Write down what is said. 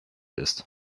ist